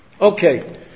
Okay